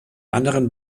anderen